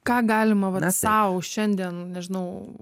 ką galima vat sau šiandien nežinau